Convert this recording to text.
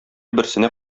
берсенә